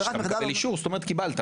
אבל כשאתה מקבל אישור, זאת אומרת קיבלת.